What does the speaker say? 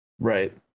right